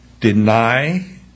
deny